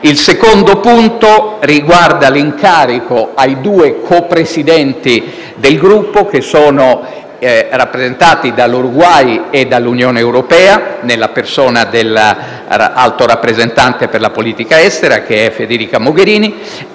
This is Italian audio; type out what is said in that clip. Il secondo punto riguarda l'incarico ai due co-presidenti del Gruppo, che sono rappresentati dall'Uruguay e dall'Unione europea, nella persona dell'alto rappresentante per la politica estera Federica Mogherini.